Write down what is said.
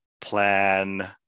plan